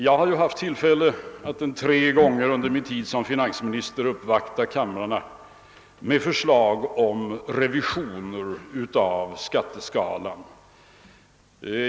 Jag har haft tillfälle att tre gånger under min tid som finansminister uppvakta kamrarna med förslag om revisioner av skatteskalan.